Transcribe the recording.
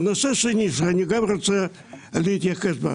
נושא שני שאני רוצה להתייחס אליו,